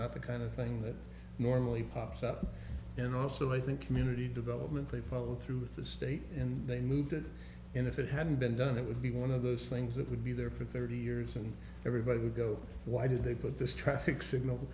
not the kind of thing that normally pops up and also i think community development they followed through with the state and they moved it and if it hadn't been done it would be one of those things that would be there for thirty years and everybody would go why did they put this traffic signal